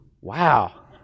Wow